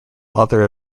other